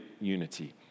unity